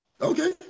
Okay